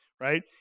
right